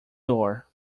door